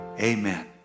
amen